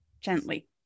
gently